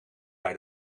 bij